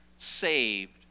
Saved